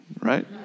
right